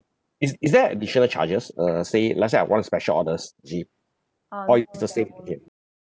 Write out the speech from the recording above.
is is there additional charges uh say let's say I want special orders actually or it’s the same again